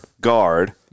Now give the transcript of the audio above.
guard